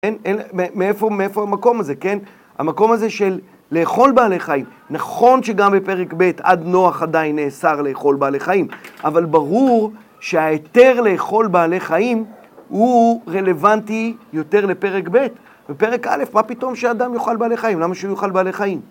מאיפה המקום הזה, כן? המקום הזה של לאכול בעלי חיים. נכון שגם בפרק ב', עד נוח עדיין נאסר לאכול בעלי חיים, אבל ברור שההיתר לאכול בעלי חיים הוא רלוונטי יותר לפרק ב'. בפרק א', מה פתאום שאדם יאכל בעלי חיים? למה שהוא יאכל בעלי חיים?